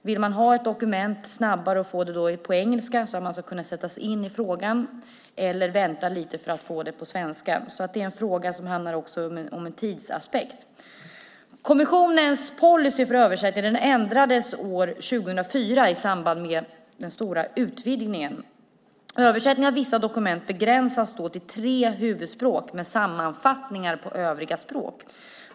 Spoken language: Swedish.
Vill man ha ett dokument snabbare och få det på engelska för att man ska kunna sätta sig in i frågan eller vänta lite för att få det på svenska? Det är en fråga som också handlar om tidsaspekten. Kommissionens policy för översättning ändrades år 2004 i samband med den stora utvidgningen. Översättningen av vissa dokument begränsades då till tre huvudspråk med sammanfattningar på övriga språk.